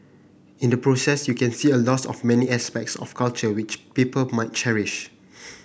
in the process you can see a loss of many aspects of culture which people might cherish